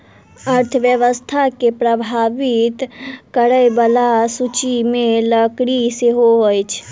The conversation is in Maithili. अर्थव्यवस्था के प्रभावित करय बला सूचि मे लकड़ी सेहो अछि